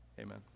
Amen